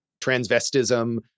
transvestism